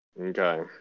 Okay